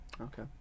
Okay